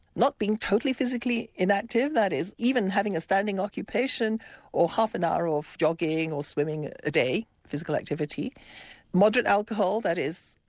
not being totally physically inactive that is, even having a standing occupation or half an hour of jogging or swimming a day, physical activity moderate alcohol, that is,